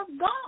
God